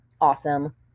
Awesome